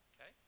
Okay